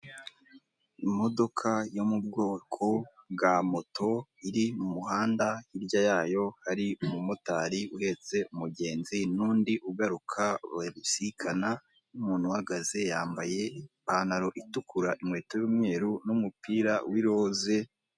Imodoka yo mu bwoko bwa moto, iri mu muhanda, hirya yayo hari umumotari uhetse umugenzi, n'undi ugaruka, babisikana, umuntu uhagaze yambaye ipantaro itukura, inkweto y'umweru, n'umupira w'iroze.